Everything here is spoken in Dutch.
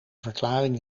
verklaring